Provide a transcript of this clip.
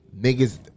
niggas